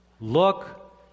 look